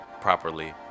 properly